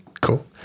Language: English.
Cool